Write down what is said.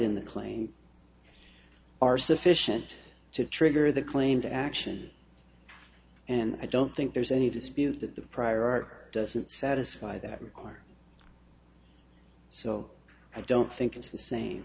in the claim are sufficient to trigger the claimed action and i don't think there's any dispute that the prior art doesn't satisfy that require so i don't think it's